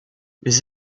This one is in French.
les